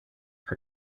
her